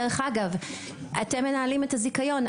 דרך אגב, אתם מנהלים את הזיכיון.